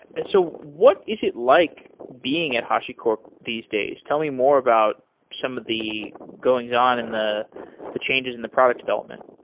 and so what is it like being at hashicorp these days? tell me more about some of the goings-on and the the changes and the product development.